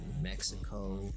Mexico